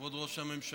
כבוד ראש הממשלה,